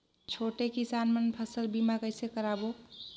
छोटे किसान मन फसल बीमा कइसे कराबो?